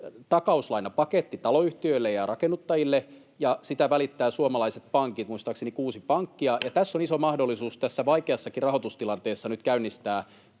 takauslainapaketti taloyhtiöille ja rakennuttajille, ja sitä välittävät suomalaiset pankit, muistaakseni kuusi pankkia. Tässä vaikeassakin rahoitustilanteessa tässä